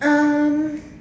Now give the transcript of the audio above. um